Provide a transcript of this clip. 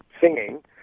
singing